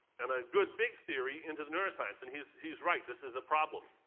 and a good, big theory, into the neuroscience. and he's he's right. this is a problem.